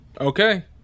Okay